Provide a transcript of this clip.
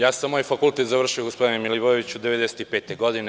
Ja sam moj fakultet završio, gospodine Milivojeviću, 1995. godine.